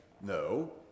No